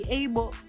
able